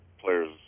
players